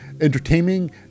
entertaining